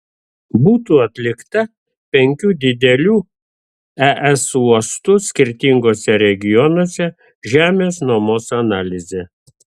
būtų atlikta penkių didelių es uostų skirtinguose regionuose žemės nuomos analizė